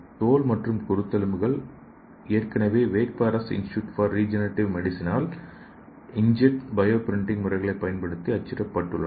தோல் மற்றும் குருத்தெலும்புகள் ஏற்கனவே Wake Forest Institute for Regenerative மெடிசினால் இன்ட்ஜெட் பயோ பிரிண்டிங் முறைகளைப் பயன்படுத்தி அச்சிட பட்டுள்ளன